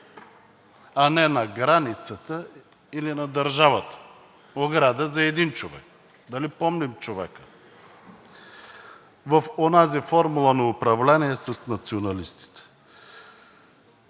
а не на границата или на държавата. Ограда за един човек. Нали помним човека в онази формула на управление с националистите.